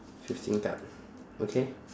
fifteen card okay